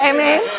Amen